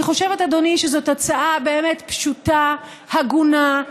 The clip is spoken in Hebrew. אני חושבת, אדוני, שזו הצעה באמת פשוטה, הגונה.